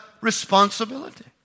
Responsibility